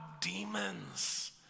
demons